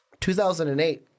2008